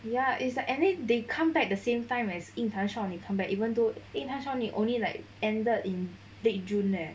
ya it's like any they come back at the same time as 鹰潭少女 come back even though 鹰潭少女 only like ended in late june leh